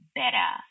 better